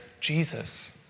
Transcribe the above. Jesus